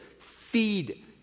Feed